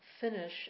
finish